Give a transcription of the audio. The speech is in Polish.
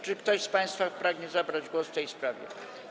Czy ktoś z państwa pragnie zabrać głos w tej sprawie?